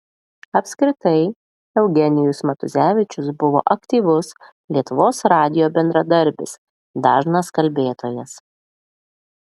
apskritai eugenijus matuzevičius buvo aktyvus lietuvos radijo bendradarbis dažnas kalbėtojas